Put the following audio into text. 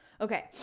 Okay